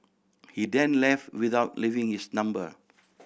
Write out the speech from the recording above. he then left without leaving his number